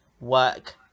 work